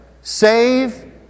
save